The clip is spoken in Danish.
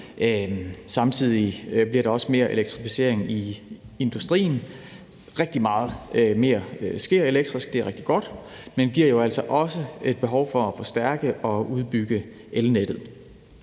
samtidig bliver der også mere elektrificering i industrien. Rigtig meget mere bliver drevet elektrisk, og det er rigtig godt, men det giver jo altså også et behov for at forstærke og udbygge elnettet.